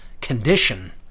condition